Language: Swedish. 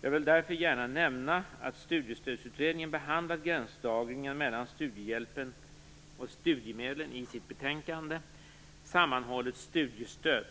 Jag vill därför gärna nämna att Studiestödsutredningen behandlat gränsdragningen mellan studiehjälpen och studiemedlen i sitt betänkande Sammanhållet studiestöd .